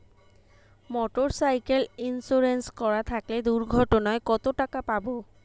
Motorcycle insurance করা থাকলে দুঃঘটনায় কতটাকা পাব?